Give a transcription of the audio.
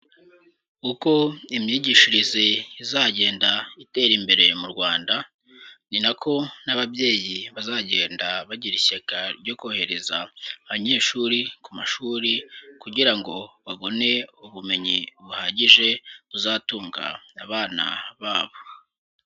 Uko imyigishirize izagenda itera imbere mu Rwanda, ni nako n'ababyeyi bazagenda bagira ishyaka ryo kohereza abanyeshuri ku mashuri kugira ngo babone ubumenyi buhagije buzatunga abana babo.